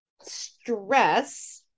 stress